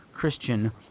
Christian